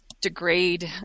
degrade